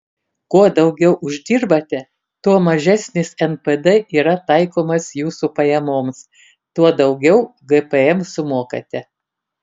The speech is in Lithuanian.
kuo daugiau uždirbate tuo mažesnis npd yra taikomas jūsų pajamoms tuo daugiau gpm sumokate